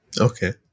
Okay